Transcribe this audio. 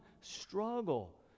struggle